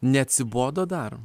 neatsibodo dar